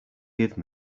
give